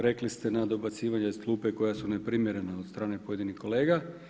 Rekli ste na dobacivanje iz klupe koja su neprimjerena od strane pojedinih kolega.